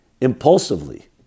impulsively